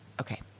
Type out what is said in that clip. Okay